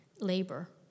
labor